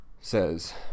says